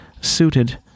suited